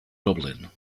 dublin